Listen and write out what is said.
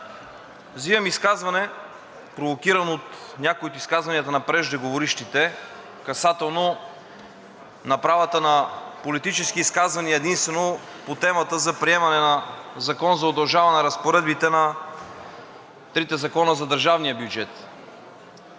Взимам изказване, провокиран от някои от изказванията на преждеговорившите, касателно направата на политически изказвания единствено по темата за приемане на Закона за удължаване разпоредбите на трите закона за държавния бюджет.